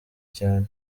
cyane